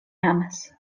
amas